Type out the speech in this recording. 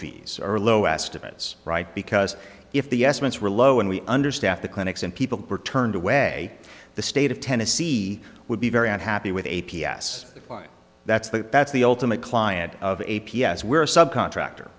fees or low estimates right because if the estimates were low and we understaffed the clinics and people were turned away the state of tennessee would be very unhappy with a p s line that's the that's the ultimate client of a p s we're a subcontractor